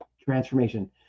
transformation